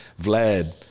Vlad